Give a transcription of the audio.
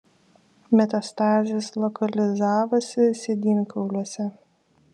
metastazės lokalizavosi sėdynkauliuose